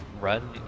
run